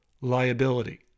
liability